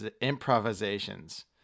improvisations